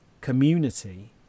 community